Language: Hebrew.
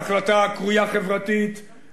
בהחלטה הקרויה חברתית,